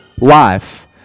life